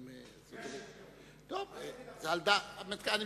אל תגיד אף אחד, יש שמתכוונים.